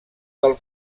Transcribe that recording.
del